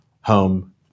Home